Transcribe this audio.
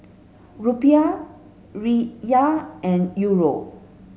Rupiah Riyal and Euro